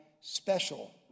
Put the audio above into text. special